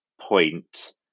point